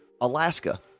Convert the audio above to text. Alaska